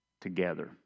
together